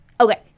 Okay